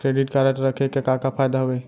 Credit card रखे के का का फायदा हवे?